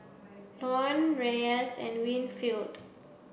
Lorne Reyes and Winfield